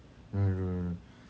no no don't want don't want